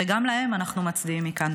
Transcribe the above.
וגם להן אנחנו מצדיעים מכאן.